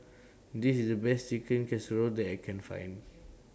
This IS The Best Chicken Casserole that I Can Find